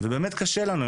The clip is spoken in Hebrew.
באמת קשה לנו.